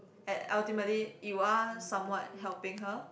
at ultimately you are somewhat helping her